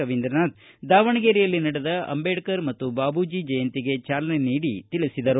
ರವೀಂದ್ರನಾಥ್ ದಾವಣಗೆರೆಯಲ್ಲಿ ನಡೆದ ಅಂಬೇಡ್ಕರ್ ಮತ್ತು ಬಾಬುಜಿ ಅವರ ಜಯಂತಿಗೆ ಚಾಲನೆ ನೀಡಿ ತಿಳಿಸಿದರು